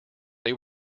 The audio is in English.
they